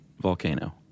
volcano